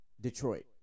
Detroit